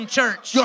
church